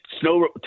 snow